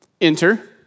enter